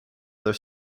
their